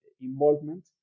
involvement